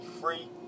free